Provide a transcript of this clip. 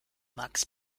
max